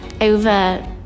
over